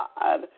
God